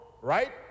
right